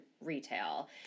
retail